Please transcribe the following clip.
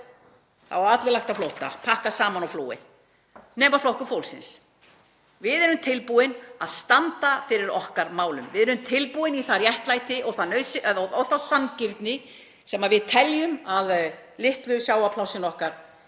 hafa allir lagt á flótta, pakkað saman og flúið nema Flokkur fólksins. Við erum tilbúin að standa fyrir okkar málum. Við erum tilbúin í það réttlæti og þá sanngirni sem við teljum að litlu sjávarplássin okkar